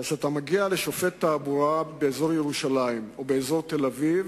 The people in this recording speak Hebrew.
כשאתה מגיע לשופט תעבורה באזור ירושלים או באזור תל-אביב,